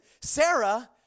Sarah